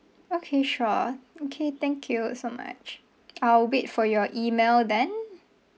okay sure okay thank you so much I'll wait for your email then